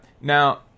Now